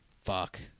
Fuck